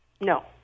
No